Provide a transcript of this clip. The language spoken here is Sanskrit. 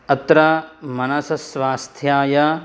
अत्र मनसस्स्वास्थ्याय